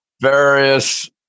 various